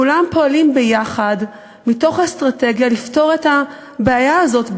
כולם פועלים מתוך אסטרטגיה לפתור את הבעיה הזאת ביחד.